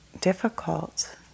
difficult